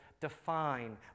define